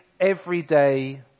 everyday